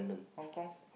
HongKong